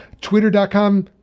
twitter.com